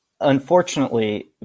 unfortunately